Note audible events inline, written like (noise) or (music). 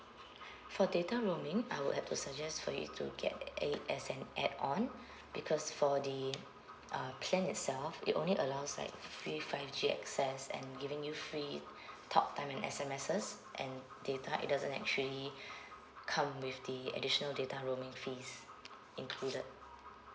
for data roaming I would have to suggest for you to get it as an add on because for the uh plan itself it only allows like free five G access and giving you free talk time and S_M_Ses and data it doesn't actually (breath) come with the additional data roaming fees included